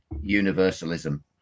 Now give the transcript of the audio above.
universalism